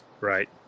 right